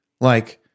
Like-